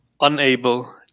unable